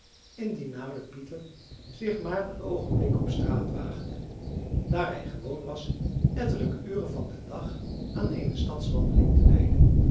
indien namelijk pieter zich maar een oogenblik op straat waagde daar hij gewoon was ettelijke uren van den dag aan eene stadswandeling te wijden